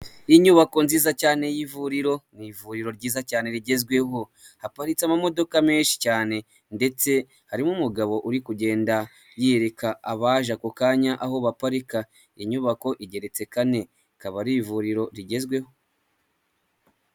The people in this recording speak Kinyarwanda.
Inyubako nziza cyane y'ivuriro. Ni ivuriro ryiza cyane rigezweho. Haparitse amamodoka menshi cyane ndetse harimo umugabo uri kugenda yereka abaje ako kanya aho baparika. Inyubako igeretse kane. Ikaba ari ivuriro rigezweho.